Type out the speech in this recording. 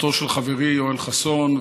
בהצעתו של חברי יואל חסון,